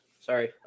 Sorry